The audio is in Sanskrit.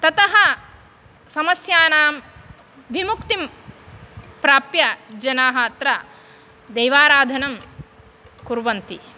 ततः समस्यानां विमुक्तिं प्राप्य जनाः अत्र दैवाराधनं कुर्वन्ति